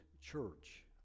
church